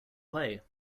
play